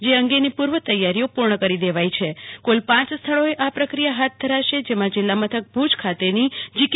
જે અંગેની પુ ર્વ તૈયારીઓ પુર્ણ કરી દેવાઈ છે કુલ પાંચ સ્થળોએ આ પ્રક્રિયા હાથ ધરાશે જેમાં જિલ્લા મથક ભુજ ખાતેની જીકે